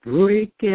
Break